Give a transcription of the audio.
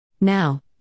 Now